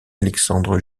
alexandre